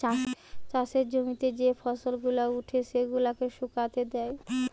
চাষের জমিতে যে ফসল গুলা উঠে সেগুলাকে শুকাতে দেয়